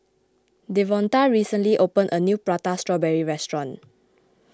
Devonta recently opened a new Prata Strawberry restaurant